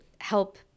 help